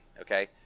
okay